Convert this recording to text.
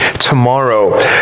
tomorrow